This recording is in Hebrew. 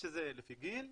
שזה לפי גיל,